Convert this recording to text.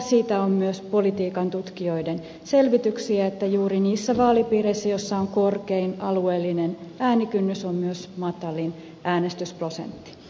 siitä on myös politiikan tutkijoiden selvityksiä että juuri niissä vaalipiireissä joissa on korkein alueellinen äänikynnys on myös matalin äänestysprosentti